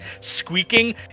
squeaking